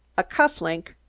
a cuff-link?